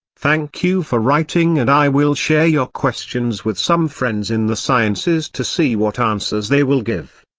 thank you for writing and i will share your questions with some friends in the sciences to see what answers they will give.